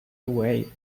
away